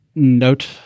note